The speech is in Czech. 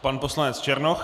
Pan poslanec Černoch.